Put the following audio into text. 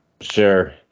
sure